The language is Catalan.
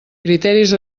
criteris